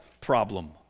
problem